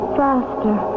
faster